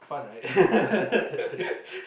fun right